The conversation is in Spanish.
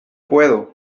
puedo